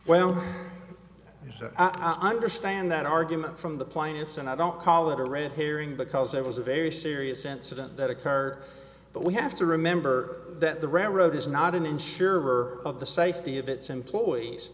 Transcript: well i understand that argument from the plaintiffs and i don't call it a red herring because it was a very serious incident that occur but we have to remember that the railroad is not an insurer of the safety of its employees